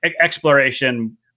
exploration